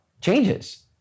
changes